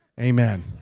Amen